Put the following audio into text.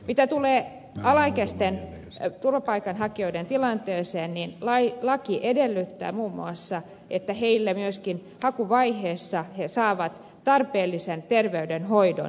mitä tulee alaikäisten turvapaikanhakijoiden tilanteeseen laki edellyttää muun muassa että he myöskin hakuvaiheessa saavat tarpeellisen terveydenhoidon